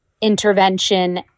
intervention